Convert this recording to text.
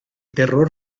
terror